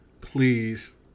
please